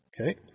Okay